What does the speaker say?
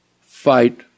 fight